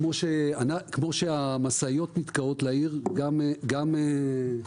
כמו שהמשאיות נתקעות בכניסה לעיר כך גם אזרחים,